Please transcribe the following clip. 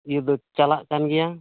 ᱤᱭᱟᱹ ᱫᱚ ᱪᱟᱞᱟᱜ ᱠᱟᱱ ᱜᱮᱭᱟ